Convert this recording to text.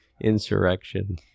insurrection